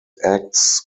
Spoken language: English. acts